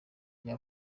gihe